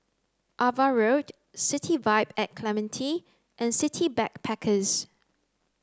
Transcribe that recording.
Ava Road City Vibe at Clementi and City Backpackers